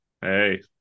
Hey